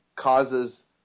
causes